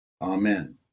Amen